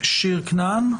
ועו"ד שיר כנען.